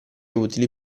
utili